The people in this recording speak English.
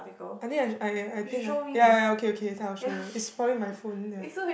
I think I I think I ya ya okay okay later I'll show you it's probably in my phone ya